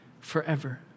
forever